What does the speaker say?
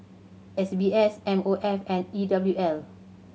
S B S M O F and E W L